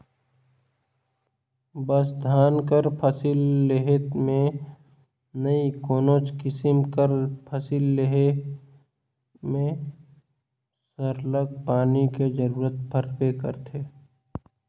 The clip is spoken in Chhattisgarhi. बस धान कर फसिल लेहे में ही नई कोनोच किसिम कर फसिल कर लेहे में सरलग पानी कर जरूरत परबे करथे